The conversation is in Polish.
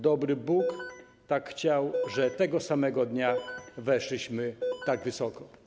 Dobry Bóg tak chciał, że tego samego dnia weszliśmy tak wysoko”